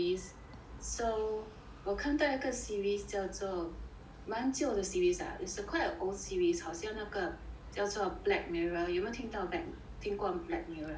so 我看到一个 series 叫做蛮旧的 series ah it's a quite a old series 好像那个叫做 black mirror 你有没有听到 black 听过 black mirror